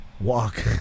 walk